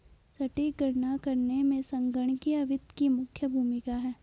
सटीक गणना करने में संगणकीय वित्त की मुख्य भूमिका है